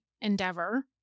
endeavor